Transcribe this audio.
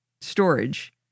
storage